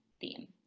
theme